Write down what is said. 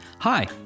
Hi